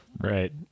Right